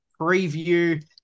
preview